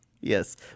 Yes